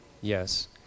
Yes